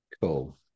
Cool